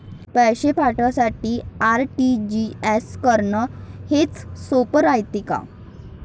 पैसे पाठवासाठी आर.टी.जी.एस करन हेच सोप रायते का?